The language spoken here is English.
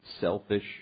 selfish